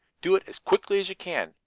do it as quickly as you can.